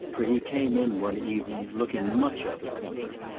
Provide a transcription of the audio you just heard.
for he came in one evening, looking much out of temper,